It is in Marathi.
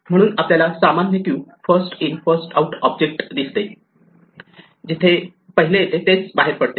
म्हणून आपल्याला सामान्य queue first in first out object दिसते जिथे पहिले येते तेच पहिले बाहेर पडते